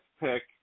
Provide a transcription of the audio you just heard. pick